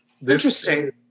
Interesting